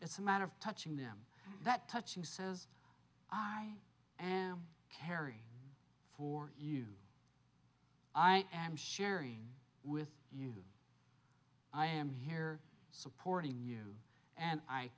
it's a matter of touching them that touching says i am carry for you i am sharing with you i am here supporting you and i